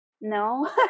No